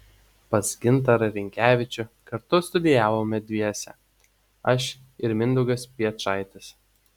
pas gintarą rinkevičių kartu studijavome dviese aš ir mindaugas piečaitis